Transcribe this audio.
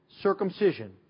circumcision